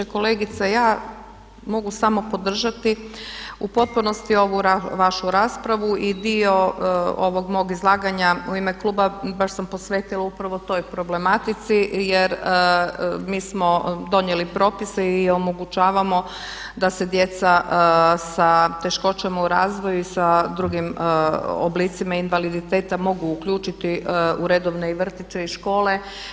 Kolegice, ja mogu samo podržati u potpunosti ovu vašu raspravu i dio ovog mog izlaganja u ime Kluba baš sam posvetila upravo toj problematici jer mi smo donijeli propise i omogućavamo da se djeca sa teškoćama u razvoju i sa drugim oblicima invaliditeta mogu uključiti u redovne i vrtiće i škole.